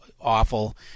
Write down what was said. awful